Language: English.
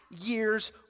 year's